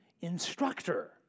instructor